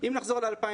אם נחזור ל-2016,